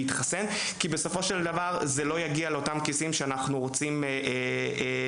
להתחסן כי זה לא יגיע למקומות שאנחנו רוצים שיגיע.